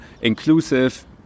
inclusive